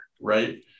Right